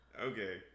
okay